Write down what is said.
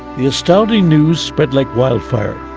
the astounding news spread like wild fire.